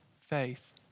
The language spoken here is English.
faith